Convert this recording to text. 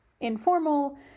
informal